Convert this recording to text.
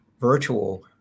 virtual